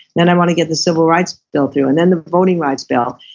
then i want to get the civil rights bill through, and then the voting rights bill,